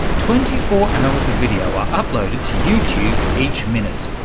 twenty four hours of video are uploaded to youtube each minute.